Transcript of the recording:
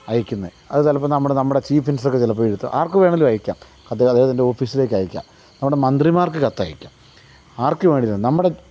അയക്കുന്നത് അത് ചിലപ്പം നമ്മുടെ നമ്മുടെ ചീഫ് മിനിസ്റ്റർക്ക് ചിലപ്പം എഴുതും ആർക്കുവേണേലും അയക്കാം അത് അദ്ദേഹത്തിൻ്റെ ഓഫീസിലേക്ക് അയക്കാം അതുകൊണ്ട് മന്ത്രിമാർക്ക് കത്തയക്കാം ആർക്ക് വേണേലും നമ്മുടെ